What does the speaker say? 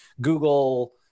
Google